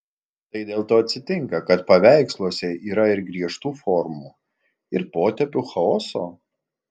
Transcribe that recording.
tai dėl to atsitinka kad paveiksluose yra ir griežtų formų ir potėpių chaoso